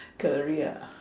career ah